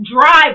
drive